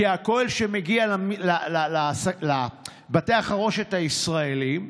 כי הכוהל שמגיע לבתי החרושת הישראליים,